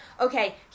okay